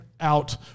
out